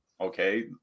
okay